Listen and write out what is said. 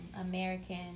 American